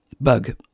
bug